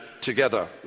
together